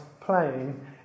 playing